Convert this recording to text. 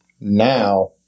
Now